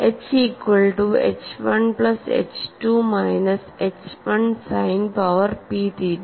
H equal to H 1 plus H 2 minus H 1 sine power P theta